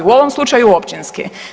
U ovom slučaju općinski.